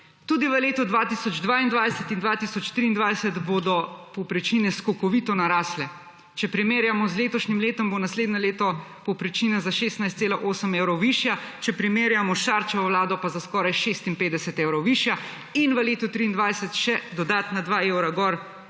Tudi v letu 2022 in 2023 bodo povprečnine skokovito narasle. Če primerjamo z letošnjim letom bo naslednje leto povprečnina za 16,8 evrov višja, če primerjamo z Šarčevo vlado pa za skoraj 56 evrov višja in v letu 23 še dodatna 2 evra gor